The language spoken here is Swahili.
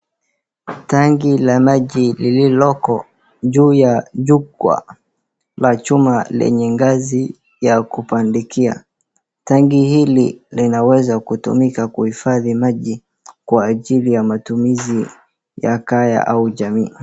Tanki la maji lililoko juu ya jukwaa la chuma lenye ngazi ya kupandikia. Tenki hili linaweza kutumika kuhifadhi maji kwa ajili ya matumizi ya kaya au jamii.